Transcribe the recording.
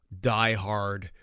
diehard